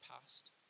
past